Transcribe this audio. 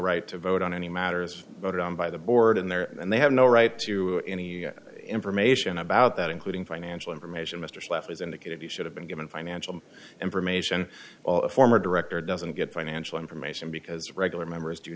right to vote on any matters voted on by the board in there and they have no right to any information about that including financial information mr safir has indicated he should have been given financial information all a former director doesn't get financial information because regular members do